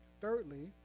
thirdly